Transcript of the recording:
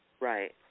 Right